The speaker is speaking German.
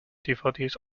dvds